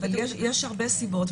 אבל יש הרבה סיבות,